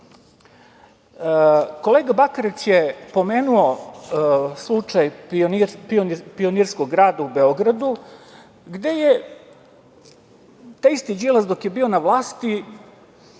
radi. Kolega Bakarec je pomenuo slučaj Pionirskog grada u Beogradu, gde je taj isti Đilas dok je bio na vlasti,